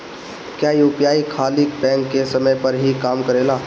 क्या यू.पी.आई खाली बैंक के समय पर ही काम करेला?